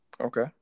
Okay